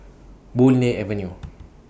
Boon Lay Avenue